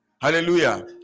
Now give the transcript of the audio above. hallelujah